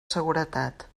seguretat